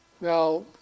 now